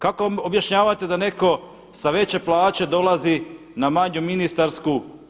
Kako objašnjavate da netko sa veće plaće dolazi na manju ministarsku?